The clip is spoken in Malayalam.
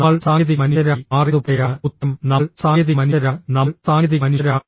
നമ്മൾ സാങ്കേതിക മനുഷ്യരായി മാറിയതുപോലെയാണ് ഉത്തരം നമ്മൾ സാങ്കേതിക മനുഷ്യരാണ് നമ്മൾ സാങ്കേതിക മനുഷ്യരാണ്